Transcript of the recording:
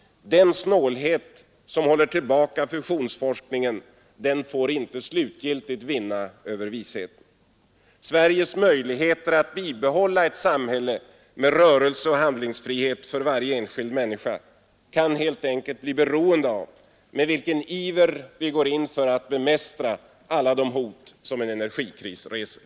Den snålhet som håller tillbaka fusionsforskningen får inte slutgiltigt vinna över visheten. Sveriges möjligheter att bibehålla ett samhälle med rörelseoch handlingsfrihet för varje enskild människa kan helt enkelt bli beroende av med vilken iver vi går in för att bemästra alla de hot som en energikris reser.